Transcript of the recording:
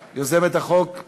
כי זה לא נקלט.